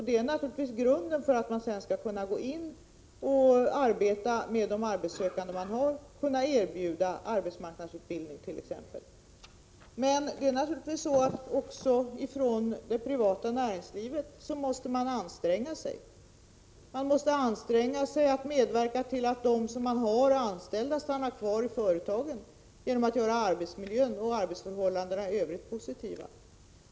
Det är naturligtvis grunden för att kunna arbeta med de arbetssökande och t.ex. erbjuda arbetsmarknadsutbildning. Men också det privata näringslivet måste anstränga sig för att medverka till att de anställda stannar kvar i företagen, genom att göra arbetsmiljön och arbetsförhållandena i övrigt positiva.